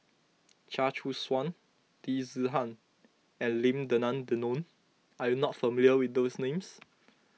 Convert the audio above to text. Chia Choo Suan Loo Zihan and Lim Denan Denon are you not familiar with these names